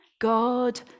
God